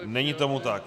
Není tomu tak.